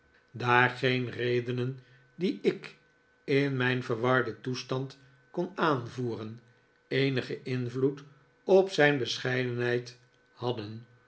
zijn daargeen redenen die ik in mijn verwarden toestand kon aanvoeren eenigen invloed op zijn bescheidenheid hadden